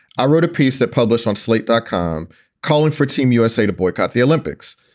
i wrote a piece that published on slate dot com calling for team usa to boycott the olympics.